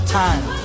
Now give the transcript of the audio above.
time